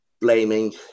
blaming